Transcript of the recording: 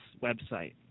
website